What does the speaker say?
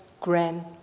grand